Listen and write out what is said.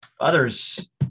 Others